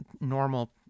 normal